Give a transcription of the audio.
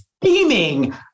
beaming